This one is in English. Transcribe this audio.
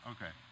Okay